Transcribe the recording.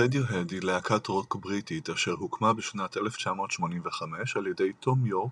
רדיוהד היא להקת רוק בריטית אשר הוקמה בשנת 1985 על ידי תום יורק,